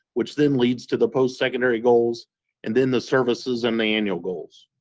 which then leads to the postsecondary goals and then the services and the annual goals.